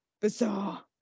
Bizarre